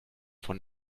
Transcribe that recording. von